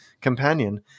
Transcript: companion